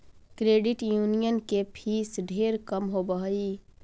credit union के fees ढेर कम होब हई